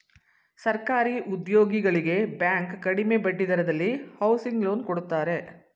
ಸರ್ಕಾರಿ ಉದ್ಯೋಗಿಗಳಿಗೆ ಬ್ಯಾಂಕ್ ಕಡಿಮೆ ಬಡ್ಡಿ ದರದಲ್ಲಿ ಹೌಸಿಂಗ್ ಲೋನ್ ಕೊಡುತ್ತಾರೆ